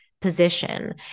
position